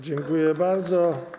Dziękuję bardzo.